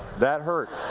that hurt.